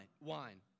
wine